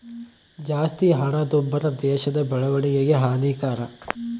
ಜಾಸ್ತಿ ಹಣದುಬ್ಬರ ದೇಶದ ಬೆಳವಣಿಗೆಗೆ ಹಾನಿಕರ